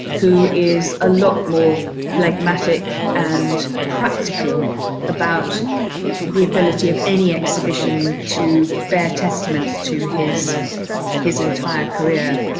who is a lot more phlegmatic and practical about the ability of any exhibition to bear testament to his his entire career,